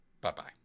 Bye-bye